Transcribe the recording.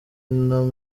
ino